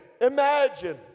imagine